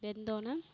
வெந்தோடனே